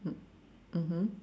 mm mmhmm